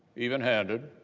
evenhanded,